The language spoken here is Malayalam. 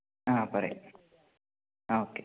ആ പറയാം ആ ഓക്കെ